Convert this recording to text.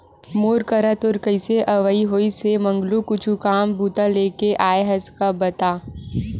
मोर करा तोर कइसे अवई होइस हे मंगलू कुछु काम बूता लेके आय हस का बता?